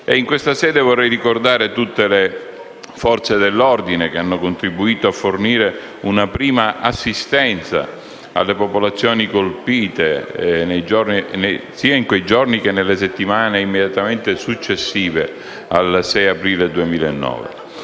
In questa sede vorrei ricordare tutte le Forze dell'ordine che hanno contribuito a fornire una prima assistenza alle popolazioni colpite sia in quei giorni, che nelle settimane immediatamente successive al 6 aprile 2009.